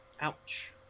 Ouch